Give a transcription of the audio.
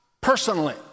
personally